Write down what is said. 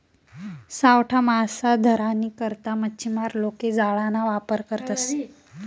सावठा मासा धरानी करता मच्छीमार लोके जाळाना वापर करतसं